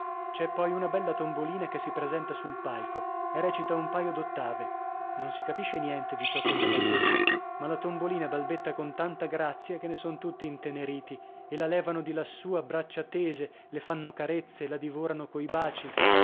c'è poi una bella tombolina che si presenta sul palco e recita un paio d'ottave non si capisce niente di ciò ch'ella balbetta ma la tombolina balbetta con tanta grazia che ne son tutti inteneriti e la levano di lassù a braccia tese le fanno carezze la divorano coi baci